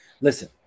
Listen